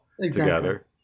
together